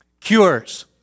Cures